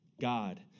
God